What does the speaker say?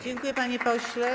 Dziękuję, panie pośle.